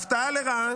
הפתעה לרעה: